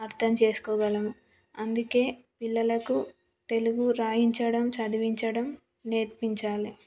అర్థం చేసుకోగలము అందుకే పిల్లలకు తెలుగు వ్రాయించడం చదివించడం నేర్పించాలి